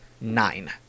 nine